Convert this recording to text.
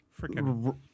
freaking